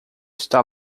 está